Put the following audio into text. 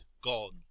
gone